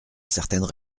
certaines